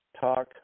talk